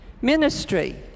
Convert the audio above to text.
Ministry